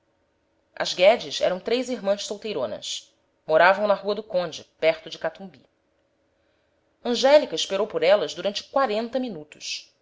as guedes eram três irmãs solteironas moravam na rua do conde perto de catumbi angélica esperou por elas durante quarenta minutos